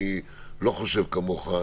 אני לא חושב כמוך.